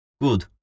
Good